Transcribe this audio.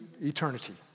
eternity